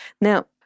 Now